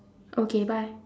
okay bye